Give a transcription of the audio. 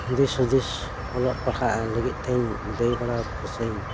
ᱫᱤᱥ ᱦᱩᱫᱤᱥ ᱚᱞᱚᱜ ᱯᱟᱲᱦᱟᱜ ᱞᱟᱹᱜᱤᱫ ᱛᱮᱧ ᱞᱟᱹᱭ ᱵᱟᱲᱟᱣ ᱠᱚ ᱥᱮᱧ